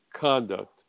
conduct